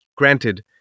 Granted